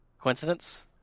Coincidence